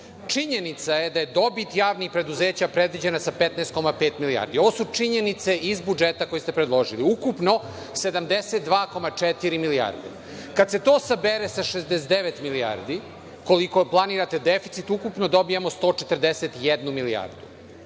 Činjenica je da je dobit javnih preduzeća predviđena sa 15,5 milijardi. Ovo su činjenice iz budžeta koji ste predložili. Ukupno 72,4 milijarde. Kada se to sabere sa 69 milijardi, koliko planirate deficit, ukupno dobijemo 141 milijardu.